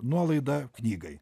nuolaidą knygai